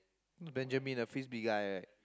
Benjamin the frisbee guy